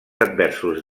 adversos